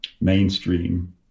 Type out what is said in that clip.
mainstream